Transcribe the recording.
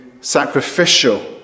sacrificial